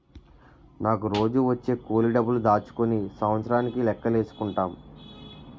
నాకు రోజూ వచ్చే కూలి డబ్బులు దాచుకుని సంవత్సరానికి లెక్కేసుకుంటాం